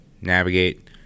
navigate